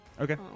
Okay